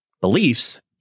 beliefs